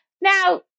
Now